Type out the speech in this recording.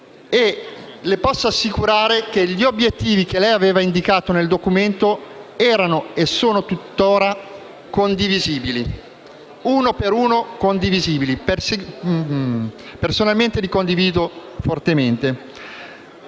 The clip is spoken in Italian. le posso assicurare che gli obiettivi che lei aveva indicato nel documento erano e sono tuttora condivisibili, uno per uno e personalmente li condivido fortemente.